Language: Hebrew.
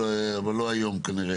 לא קרה כלום.